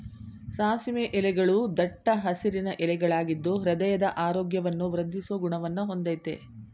ಸಾಸಿವೆ ಎಲೆಗಳೂ ದಟ್ಟ ಹಸಿರಿನ ಎಲೆಗಳಾಗಿದ್ದು ಹೃದಯದ ಆರೋಗ್ಯವನ್ನು ವೃದ್ದಿಸೋ ಗುಣವನ್ನ ಹೊಂದಯ್ತೆ